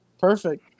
Perfect